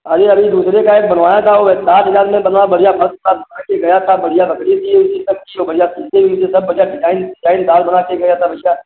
अरे अभी दूसरे का एक बनवाया था वह साठ हज़ार में बना भैया फर्स्ट क्लास बनाकर गया था बढ़िया लकड़ी थी शीशम की और बढ़िया वह बढ़िया डिजाइन डिजाइनदार बना के गया था भैया